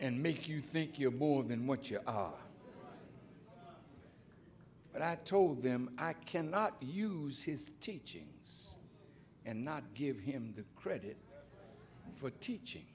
and make you think you are more than what you are but i told them i cannot use his teaching and not give him the credit for teaching